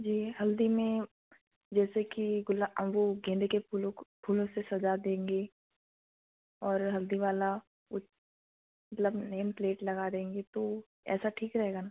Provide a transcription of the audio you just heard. जी हल्दी में जैसे कि गुलाब वो गेंदे के फूलों को फूलों से सजा देंगे और हल्दी वाला मतलब नेम प्लेट लगा देंगे तो ऐसा ठीक रहेगा ना